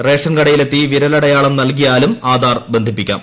ration കടയിലെത്തി വിരലടയാളം നൽകിയാലും ആധാർ ബന്ധിപ്പിക്കാം